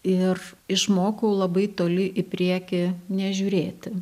ir išmokau labai toli į priekį nežiūrėti